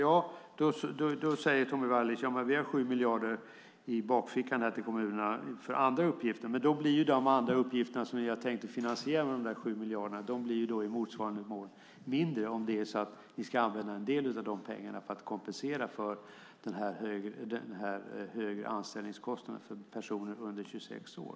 Tommy Waidelich säger att man har 7 miljarder i bakfickan till kommunerna till andra uppgifter. Men då blir de andra uppgifterna som ni har tänkt finansiera med dessa 7 miljarder i motsvarande mån färre om ni ska använda en del av de pengarna för att kompensera för den högre anställningskostnaden för personer under 26 år.